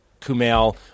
Kumail